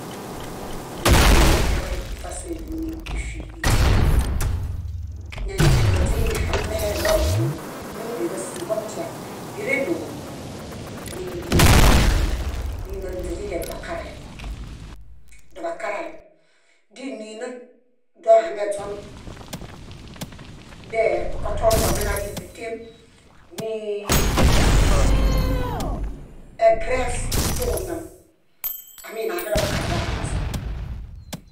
. Édunin eḃay ifasõ ídunin ífiġi. Na ínźe doźihameɭongen míngẽġasiiġotia nírendo, móinidinuġulemeɭo nínal. Nínal ínźe źiɭee doḃakaraem, doḃakaraem. Díninal, dohaŋeźon dekotõ nuġomena díwitem nii egres kuġuñom. Aminaġẽdoḃakara dohaŋezuni.